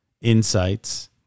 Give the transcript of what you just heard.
Insights